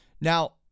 now